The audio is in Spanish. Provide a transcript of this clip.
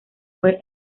fue